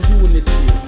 unity